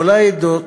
כל העדות,